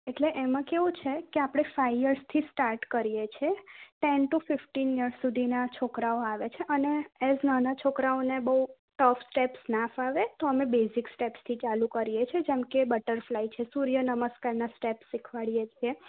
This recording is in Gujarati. એટલે એમાં કેવું છે કે આપણે ફાઈવ યર્સથી સ્ટાર્ટ કરીએ છે ટેન ટુ ફીફટીન યર્સ સુધીના છોકરાઓ આવે છે અને એઝ નાના છોકરાઓને બહુ ટફ સ્ટેપ્સ ના ફાવે તો અમે બેઝિક સ્ટેપ્સથી ચાલું કરીએ છીએ જેમ કે બટરફ્લાય છે સૂર્ય નમસ્કારના સ્ટેપ શીખવાડીએ છે